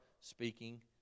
speaking